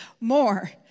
More